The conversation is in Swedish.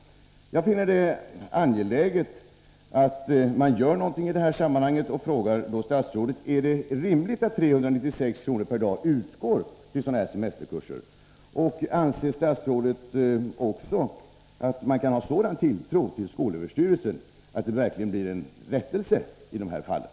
Jag finner det angeläget att man gör någonting i det här sammanhanget, och jag frågar statsrådet: Är det rimligt att 396 kr. per dag utgår till ”semesterkurser”? Anser statsrådet att man kan hysa tilltro till att skolöverstyrelsen verkligen ser till att det blir en rättelse i de här fallen?